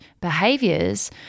behaviors